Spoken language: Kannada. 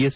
ಎಸ್